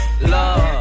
love